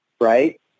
right